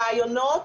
רעיונות,